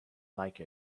like